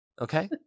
Okay